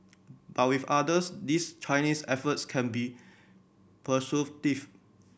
but with others these Chinese efforts can be persuasive